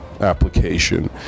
application